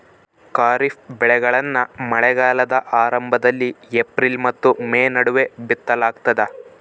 ಖಾರಿಫ್ ಬೆಳೆಗಳನ್ನ ಮಳೆಗಾಲದ ಆರಂಭದಲ್ಲಿ ಏಪ್ರಿಲ್ ಮತ್ತು ಮೇ ನಡುವೆ ಬಿತ್ತಲಾಗ್ತದ